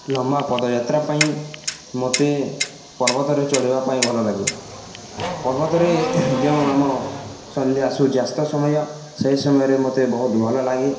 ଲମ୍ବା ପଦଯାତ୍ରା ପାଇଁ ମୋତେ ପର୍ବତରେ ଚଢ଼ିବା ପାଇଁ ଭଲ ଲାଗେ ପର୍ବତରେ ଯେଉଁ ଆମ ସନ୍ଧ୍ୟା ସୂର୍ଯ୍ୟାସ୍ତ ସମୟ ସେହି ସମୟରେ ମୋତେ ବହୁତ ଭଲ ଲାଗେ